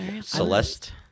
Celeste